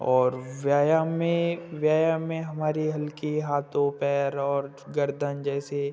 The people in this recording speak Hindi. और व्यायाम में व्यायाम में हमारी हल्के हाथों पैर और गर्दन जैसे